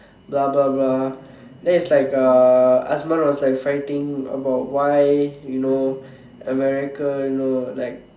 blah blah blah then it's like uh Asman was like fighting about why you know America you know like